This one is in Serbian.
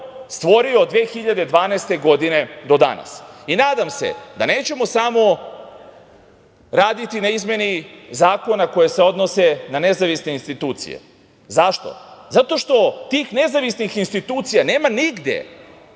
stvorio od 2012. godine do danas. Nadam se da nećemo raditi samo na izmeni zakona koje se odnose na nezavisne institucije. Zašto? Zato što tih nezavisnih institucija nema nigde